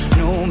no